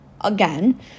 again